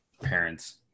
parents